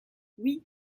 oui